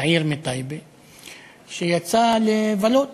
צעיר מטייבה שיצא לבלות